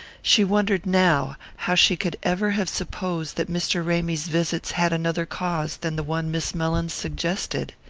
she wondered now how she could ever have supposed that mr. ramy's visits had another cause than the one miss mellins suggested.